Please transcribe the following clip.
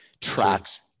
tracks